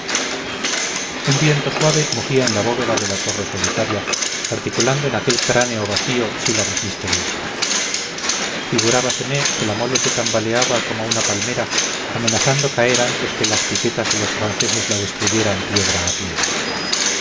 viento suave mugía en la bóveda de la torre solitaria articulando en aquel cráneo vacío sílabas misteriosas figurábaseme que la mole se tambaleaba como una palmera amenazando caer antes que las piquetas de los franceses la destruyeran piedra a piedra